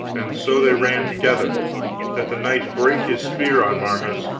and so they ran together that the knight brake his spear on marhaus,